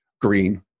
green